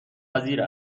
پذیر